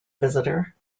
visitor